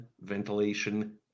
ventilation